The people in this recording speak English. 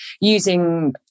using